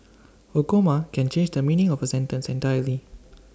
A comma can change the meaning of A sentence entirely